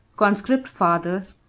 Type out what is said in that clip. conscript fathers,